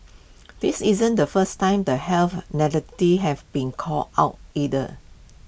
this isn't the first time the health narratives have been called out either